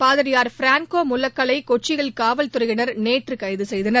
பாதிரியார் பிராங்கோ முலக்கல்லை கொச்சியில் காவல்துறையினர் நேற்று கைது செய்தனர்